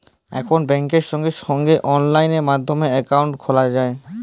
এখল ব্যাংকে সঙ্গে সঙ্গে অললাইন মাধ্যমে একাউন্ট খ্যলা যায়